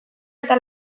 eta